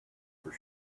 for